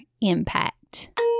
impact